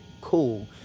cool